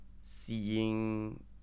seeing